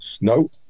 No